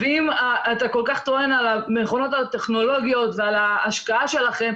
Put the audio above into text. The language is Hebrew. אם אתה כל כך טוען על המכונות הטכנולוגיות ועל ההשקעה שלכם,